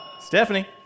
Stephanie